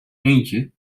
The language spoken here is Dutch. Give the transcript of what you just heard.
eendje